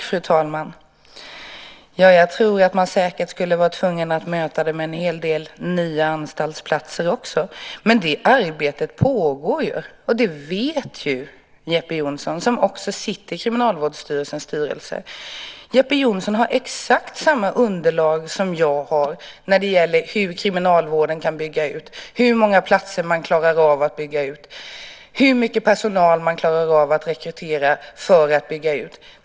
Fru talman! Jag tror att man säkert skulle vara tvungen att möta det med en hel del nya anstaltsplatser. Men det arbetet pågår ju, och det vet Jeppe Johnsson som också sitter i Kriminalvårdsstyrelsens styrelse. Jeppe Johnsson har exakt samma underlag som jag har för hur kriminalvården kan bygga ut, hur många platser man kan bygga ut och hur mycket personal man kan rekrytera för att bygga ut.